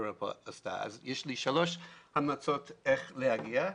יש לי שלוש המלצות איך להגיע לזה.